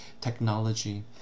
technology